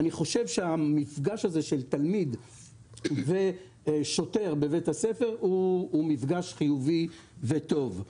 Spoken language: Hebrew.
אני חושב שהמפגש הזה של תלמיד ושוטר בבית הספר הוא מפגש חיובי וטוב.